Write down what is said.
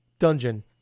dungeon